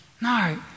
No